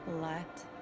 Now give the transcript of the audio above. Let